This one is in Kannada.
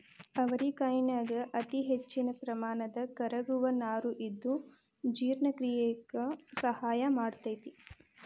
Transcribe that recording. ಅವರಿಕಾಯನ್ಯಾಗ ಅತಿಹೆಚ್ಚಿನ ಪ್ರಮಾಣದ ಕರಗುವ ನಾರು ಇದ್ದು ಜೇರ್ಣಕ್ರಿಯೆಕ ಸಹಾಯ ಮಾಡ್ತೆತಿ